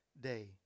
Day